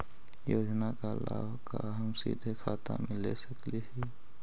योजना का लाभ का हम सीधे खाता में ले सकली ही?